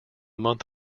month